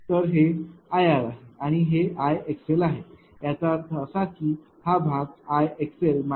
तर हे Irआहे आणि हे Ixlआहे याचा अर्थ असा की हा भाग Ixl Ixcआहे